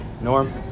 Norm